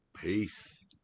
peace